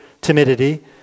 timidity